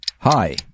hi